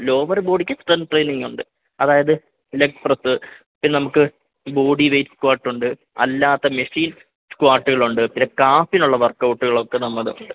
lower ബോഡിക്ക് strength ട്രെയ്നിംഗുണ്ട് അതായത് ലെഗ് പ്രസ്സ് പിന്നെ നമുക്ക് ബോഡി വെയ്റ്റ് സ്ക്വാർട്ടുണ്ട് അല്ലാതെ മെഷീൻ സ്ക്വാട്ടുകളുണ്ട് പിന്നെ കാഫിനുള്ള വർക്കൗട്ടുകളൊക്കെ നമുക്കുണ്ട്